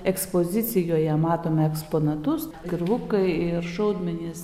ekspozicijoje matome eksponatus kirvukai ir šaudmenys